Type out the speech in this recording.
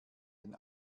den